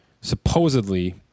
supposedly